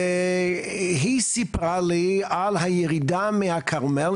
והיא סיפרה לי על הירידה מהכרמל,